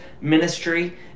ministry